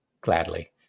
gladly